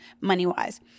money-wise